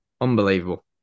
unbelievable